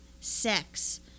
sex